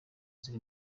ziri